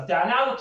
אז הטענה הזאת,